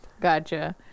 Gotcha